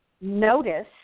notice